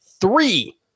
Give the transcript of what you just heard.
three